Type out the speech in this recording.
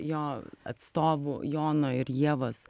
jo atstovų jono ir ievos